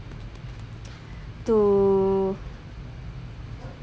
to